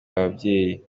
ababyeyi